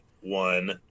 one